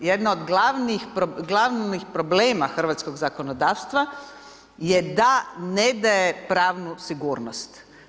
Jedna od glavnih, glavnih problema hrvatskog zakonodavstva je da ne daje pravnu sigurnost.